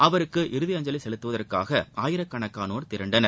அவருக்கு இறுதி அஞ்சலி செலுத்துவதற்காக ஆயிரக்கணக்கானோர் திரண்டனர்